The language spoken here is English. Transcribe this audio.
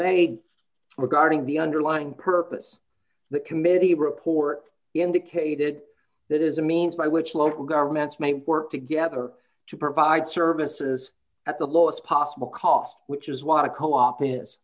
made regarding the underlying purpose the committee report indicated that is a means by which local governments may work together to provide services at the lowest possible cost which is why a co op is